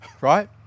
right